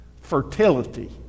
fertility